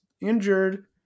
injured